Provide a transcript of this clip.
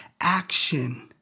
action